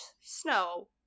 Snow